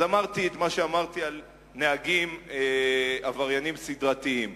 אמרתי את מה שאמרתי על נהגים עבריינים סדרתיים,